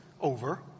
over